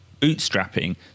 bootstrapping